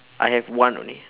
I have one only